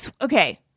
Okay